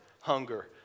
hunger